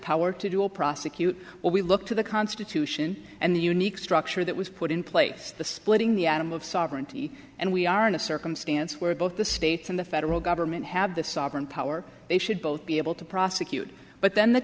power to do a prosecute or we look to the constitution and the unique structure that was put in place the splitting the atom of sovereignty and we are in a circumstance where both the states and the federal government have the sovereign power they should both be able to prosecute but then the